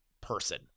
person